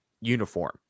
uniform